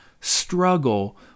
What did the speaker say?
struggle